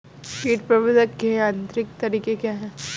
कीट प्रबंधक के यांत्रिक तरीके क्या हैं?